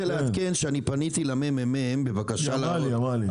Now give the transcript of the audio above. לעדכן שפניתי לממ"מ --- אמרו לי את זה.